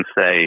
say